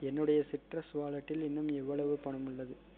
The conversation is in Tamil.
என்னுடைய சிட்ரஸ் வாலெட்டில் இன்னும் எவ்வளவு பணம் உள்ளது